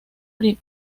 día